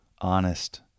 honest